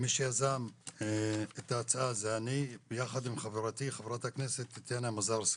מי שיזם את ההצעה זה אני ביחד עם חברתי חברת הכנסת טטיאנה מזרסקי.